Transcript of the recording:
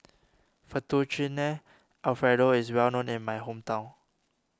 Fettuccine Alfredo is well known in my hometown